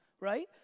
right